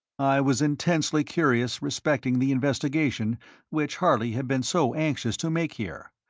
i was intensely curious respecting the investigation which harley had been so anxious to make here,